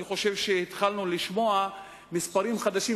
אני חושב שהתחלנו לשמוע מספרים חדשים,